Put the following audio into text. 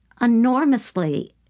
enormously